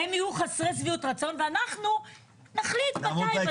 הם יהיו חסרי שביעות רצון ואנחנו נחליט מתי,